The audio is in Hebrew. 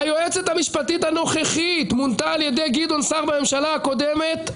היועצת המשפטית הנוכחית מונתה על ידי גדעון סער בממשלה הקודמת,